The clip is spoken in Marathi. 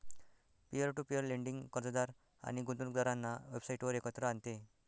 पीअर टू पीअर लेंडिंग कर्जदार आणि गुंतवणूकदारांना वेबसाइटवर एकत्र आणते